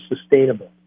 sustainable